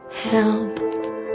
Help